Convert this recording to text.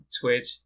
Twitch